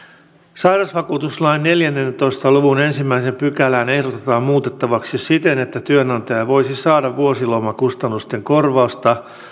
sairausvakuutuslain neljäntoista luvun ensimmäistä pykälää ehdotetaan muutettavaksi siten että työnantaja voisi saada vuosilomakustannusten korvausta